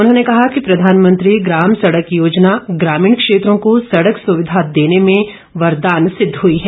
उन्होंने कहा कि प्रधानमंत्री ग्राम सड़क योजना ग्रामीण क्षेत्रों को सड़क सुविधा देने में वरदान सिद्ध हुई है